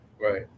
Right